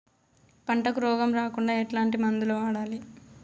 పంటకు రోగం రాకుండా ఎట్లాంటి మందులు వాడాలి?